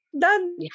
done